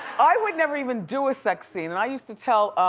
i would never even do a sex scene and i used to tell,